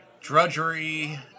drudgery